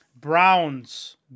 Browns